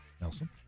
Nelson